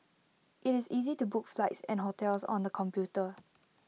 IT is easy to book flights and hotels on the computer